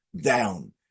down